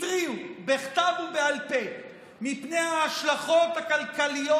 התריעו בכתב ובעל פה מפני ההשלכות הכלכליות